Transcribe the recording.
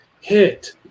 hit